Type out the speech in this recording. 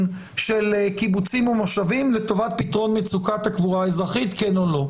של קיבוצים ומושבים לטובת פתרון מצוקת הקבורה האזרחית - כן או לא,